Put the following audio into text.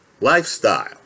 Lifestyle